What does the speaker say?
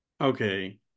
okay